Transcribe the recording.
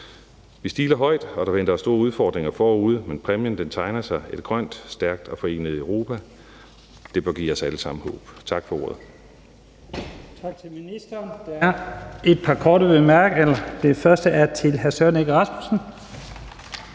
Vi stiler højt, og der venter os store udfordringer forude. Men præmien tegner sig: et grønt, stærkt og forenet Europa. Det bør give os alle sammen håb. Tak for ordet.